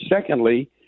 secondly